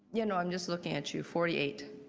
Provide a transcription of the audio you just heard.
you know, i'm just looking at you. forty eight.